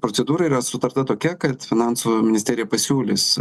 procedūra yra sutarta tokia kad finansų ministerija pasiūlys